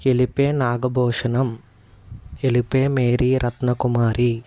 ఎలిపే నాగభూషణం ఎలిపే మేరీ రత్నకుమారి